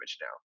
now